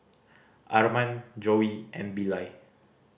Arman Joey and Billye